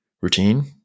routine